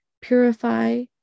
purify